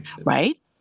right